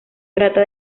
trata